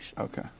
Okay